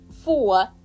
Four